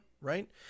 Right